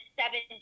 seven